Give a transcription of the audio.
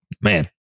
Man